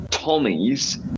tommy's